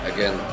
Again